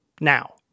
now